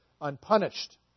unpunished